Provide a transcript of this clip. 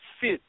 fit